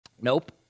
Nope